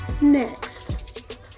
next